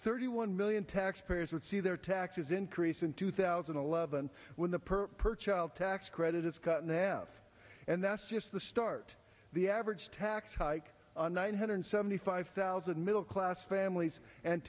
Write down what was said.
thirty one million taxpayers would see their taxes increase in two thousand and eleven when the per per child tax credit is cut in half and that's just the start the average tax hike on one hundred seventy five thousand middle class families and